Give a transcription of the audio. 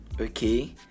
okay